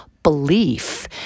Belief